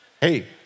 Hey